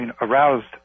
aroused